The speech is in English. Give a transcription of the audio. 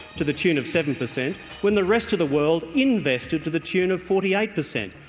to the tune of seven percent when the rest of the world invested to the tune of forty eight percent.